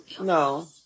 No